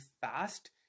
fast